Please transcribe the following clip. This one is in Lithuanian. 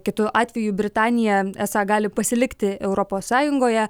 kitu atveju britanija esą gali pasilikti europos sąjungoje